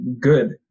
good